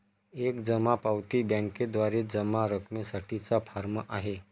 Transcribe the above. एक जमा पावती बँकेद्वारे जमा रकमेसाठी चा फॉर्म आहे